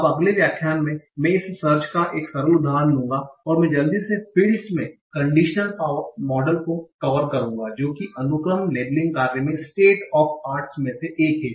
अब अगले व्याख्यान में मैं इस सर्च का एक सरल उदाहरण लूंगा और मैं जल्दी से फील्ड्स में कंडीशनल मॉडल को कवर करूंगा जो कि अनुक्रम लेबलिंग कार्य में स्टेट ऑफ आर्टस में से एक है